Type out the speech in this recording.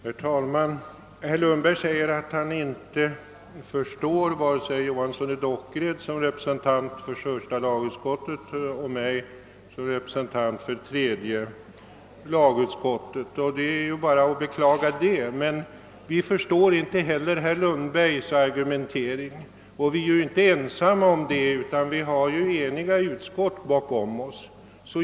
Herr talman! Herr Lundberg säger att han inte förstår vare sig herr Dockered som representant för första lagutskottet eller mig som representant för tredje lagutskottet, och det är bara att beklaga. Men vi förstår inte heller herr Lundbergs argumentering, och vi är inte ensamma om detta utan vi har eniga utskott bakom oss.